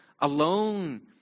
alone